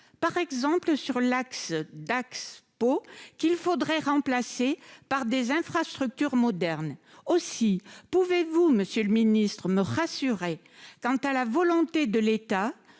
par exemple sur l'axe Dax, Pau qu'il faudrait remplacer par des infrastructures modernes aussi, pouvez-vous, Monsieur le Ministre, me rassurer quant à la volonté de l'État,